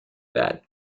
bad